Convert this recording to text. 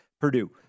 Purdue